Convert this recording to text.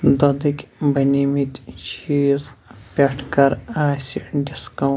دۄدٕکۍ بَنیمٕتۍ چیٖز پٮ۪ٹھ کَر آسہِ ڈِسکاوُ